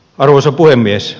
arvoisa puhemies